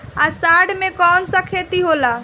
अषाढ़ मे कौन सा खेती होला?